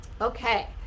Okay